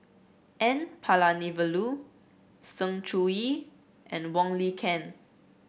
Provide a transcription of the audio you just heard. N Palanivelu Sng Choon Yee and Wong Lin Ken